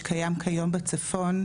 שקיים כיום בצפון,